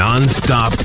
Non-stop